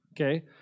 Okay